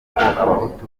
abahutu